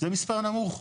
זה מספר נמוך.